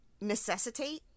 necessitate